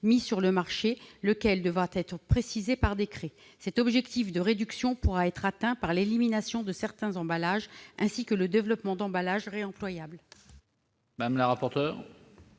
mis sur le marché, lequel devra être précisé par décret. Cet objectif de réduction pourra être atteint par l'élimination de certains emballages, ainsi que par le développement d'emballages réemployables. Quel est